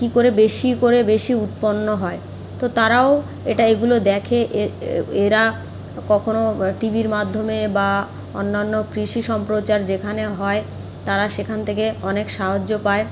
কী করে বেশি করে বেশি উৎপন্ন হয় তো তারাও এটা এগুলো দেখে এরা কখনো টিভির মাধ্যমে বা অন্যান্য কৃষি সম্প্রচার যেখানে হয় তারা সেখান থেকে অনেক সাহায্য পায়